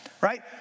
Right